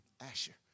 Asher